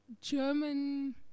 German